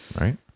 Right